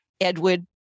Edward